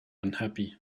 unhappy